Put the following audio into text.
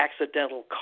accidental